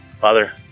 father